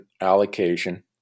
allocation